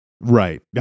Right